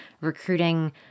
recruiting